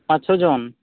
ᱯᱟᱪᱼᱪᱷᱚ ᱡᱚᱱ